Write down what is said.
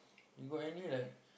you got any like